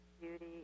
beauty